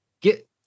get